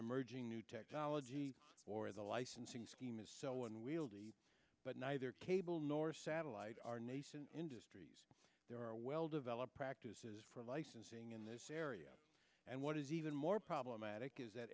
emerging new technology or the licensing scheme is so one wieldy but neither cable nor satellite are nascent industries there are well developed practices for licensing in this area and what is even more problematic is that